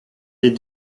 des